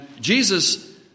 Jesus